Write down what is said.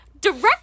Direct